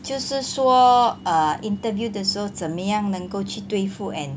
就是说 err interview 的时候怎么样能够去对付 and